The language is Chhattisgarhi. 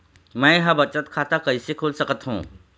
मै ह बचत खाता कइसे खोल सकथों?